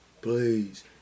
Please